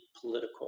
political